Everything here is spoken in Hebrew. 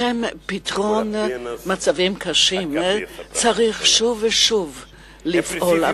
לשם פתרון מצבים קשים צריך שוב ושוב לפעול,